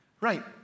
Right